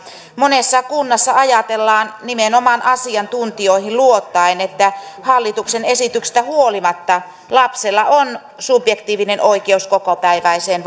monessa kunnassa ajatellaan nimenomaan asiantuntijoihin luottaen että hallituksen esityksestä huolimatta lapsella on subjektiivinen oikeus kokopäiväiseen